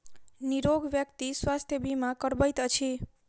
निरोग व्यक्ति स्वास्थ्य बीमा करबैत अछि